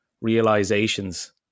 realizations